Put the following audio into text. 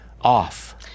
off